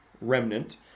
remnant